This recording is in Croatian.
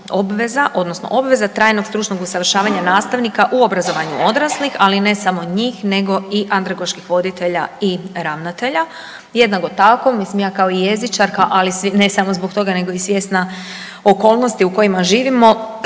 obveza odnosno obveza trajnog stručnog usavršavanja nastavnika u obrazovanju odraslih, ali ne samo njih nego i andragoških voditelja i ravnatelja. Jednako tako, mislim ja kao i jezičarka, ali ne samo zbog toga nego i svjesna okolnosti u kojima živimo